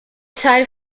teil